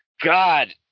God